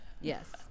Yes